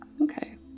Okay